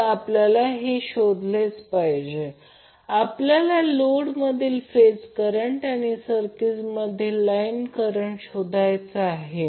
तर आपल्यालाही शोधलेच पाहिजे आपल्याला लोडमधील फेज करंट आणि सर्किट मधील लाईन करंट शोधायचा आहे